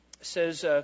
says